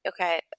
Okay